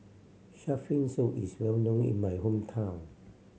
shark fin soup is well known in my hometown